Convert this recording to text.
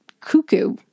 Cuckoo